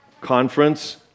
conference